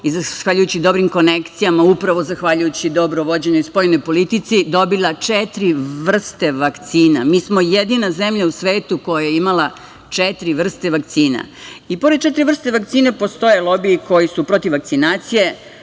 i zahvaljujući dobrim konekcijama, upravo zahvaljujući dobro vođenoj spoljnoj politici, dobila četiri vrste vakcina. Mi smo jedina zemlja u svetu koja je imala četiri vrste vakcina.I pored četiri vrste vakcina, postoje lobiji koji su protiv vakcinacije,